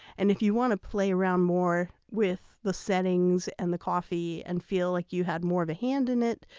and if you want to play around more with the settings and the coffee to and feel like you had more of a hand in it,